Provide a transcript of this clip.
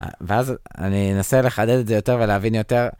ואז אני אנסה לחדד את זה יותר ולהבין יותר.